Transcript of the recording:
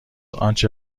آنچه